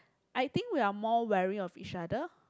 I think we are more wearying of each other